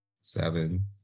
Seven